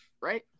right